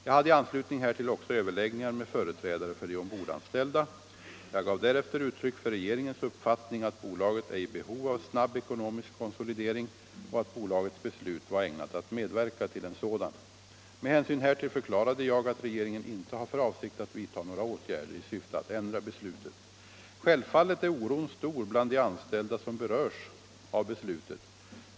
Jag hade i anslutning härtill också överläggningar med företrädare för de ombordanställda. Jag gav därefter uttryck för regeringens uppfattning att bolaget är i behov av snabb ekonomisk konsolidering och att bolagets beslut var ägnat att medverka till en sådan. Med hänsyn härtill förklarade jag att regeringen inte har för avsikt att vidta några åtgärder i syfte att ändra beslutet. Självfallet är oron stor bland de anställda som berörs av beslutet.